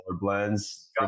blends